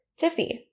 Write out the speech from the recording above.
Tiffy